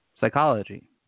psychology